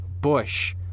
Bush